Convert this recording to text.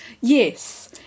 yes